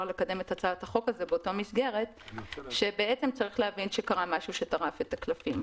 לקדם בהצעת החוק הזאת הוא שצריך להבין שקרה משהו שטרף את הקלפים.